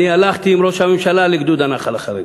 אני הלכתי עם ראש הממשלה לגדוד הנח"ל החרדי.